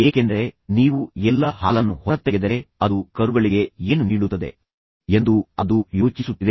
ಏಕೆಂದರೆ ನೀವು ಎಲ್ಲಾ ಹಾಲನ್ನು ಹೊರತೆಗೆದರೆ ಅದು ಕರುಗಳಿಗೆ ಏನು ನೀಡುತ್ತದೆ ಎಂದು ಅದು ಯೋಚಿಸುತ್ತಿದೆ